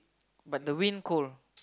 but the wind cold